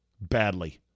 badly